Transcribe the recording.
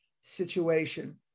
situation